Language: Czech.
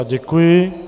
Děkuji.